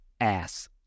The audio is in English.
ass